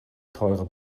teure